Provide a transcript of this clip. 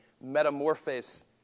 ...metamorphosis